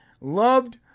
loved